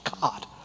God